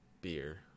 beer